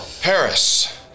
Paris